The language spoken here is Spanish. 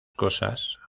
cosas